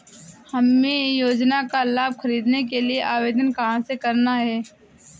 हमें योजना का लाभ ख़रीदने के लिए आवेदन कहाँ करना है?